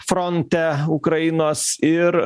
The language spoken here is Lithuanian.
fronte ukrainos ir